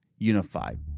unified